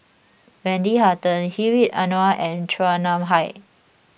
Wendy Hutton Hedwig Anuar and Chua Nam Hai